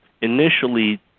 initially